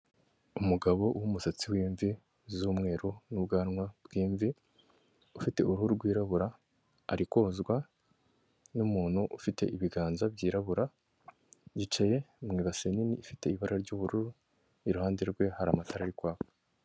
Umugabo w'umusatsi w'imvi z'umweru n'ubwanwa bw'imvi ufite uruhu rwirabura ari kozwa n'umuntu ufite ibiganza byirabura yicaye mu ibase nini ifite ibara ry'ubururu, iruhande rwe hari amatara ari kwaka.